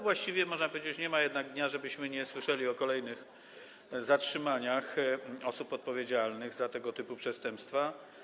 Właściwie jednak, można powiedzieć, nie ma dnia, żebyśmy nie słyszeli o kolejnych zatrzymaniach osób odpowiedzialnych za tego typu przestępstwa.